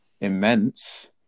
immense